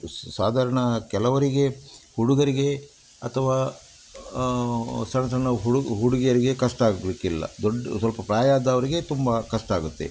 ಸ್ ಸಾಧಾರಣ ಕೆಲವರಿಗೆ ಹುಡುಗರಿಗೆ ಅಥವಾ ಸಣ್ಣ ಸಣ್ಣ ಹುಡ್ ಹುಡುಗಿಯರಿಗೆ ಕಷ್ಟ ಆಗಲಿಕ್ಕಿಲ್ಲ ದೊಡ್ಡ ಸ್ವಲ್ಪ ಪ್ರಾಯ ಆದವರಿಗೆ ತುಂಬ ಕಷ್ಟ ಆಗುತ್ತೆ